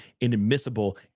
inadmissible